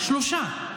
שלושה.